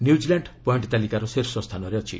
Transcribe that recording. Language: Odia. ନ୍ୟୁକିଲାଣ୍ଡ ପଏଣ୍ଟ ତାଲିକାର ଶୀର୍ଷ ସ୍ଥାନରେ ଅଛି